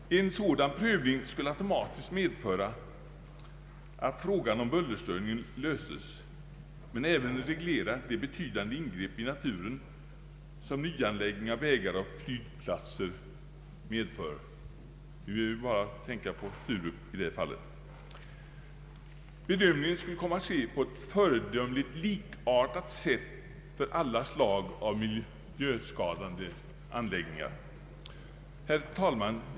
En sådan prövning skulle automatiskt medföra att problemet med bullerstörningarna löstes men även att de betydande ingrepp i naturen som nyanläggning av vägar och flygplatser innebär reglerades. Vi behöver i detta fall bara tänka på Sturup. Bedömningen skulle komma att ske på ett föredömligt likartat sätt för alla slag av miljöskadande anläggningar. Herr talman!